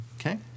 okay